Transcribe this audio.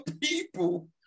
people